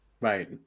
right